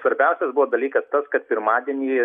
svarbiausias buvo dalykas tas kad pirmadienį